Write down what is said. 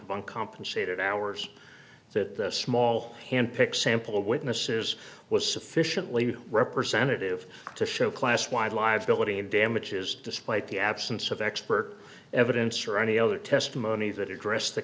uncompensated hours that the small handpick sample of witnesses was sufficiently representative to show class wide live nobody in damages despite the absence of expert evidence or any other testimony that addressed the